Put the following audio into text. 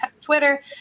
Twitter